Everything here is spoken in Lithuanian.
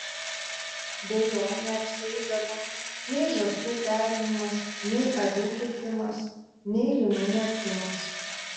be jo neapsieidavo nei žąsų perinimas nei avių kirpimas nei linų merkimas